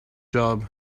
job